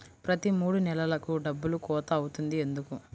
ప్రతి మూడు నెలలకు డబ్బులు కోత అవుతుంది ఎందుకు?